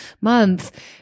month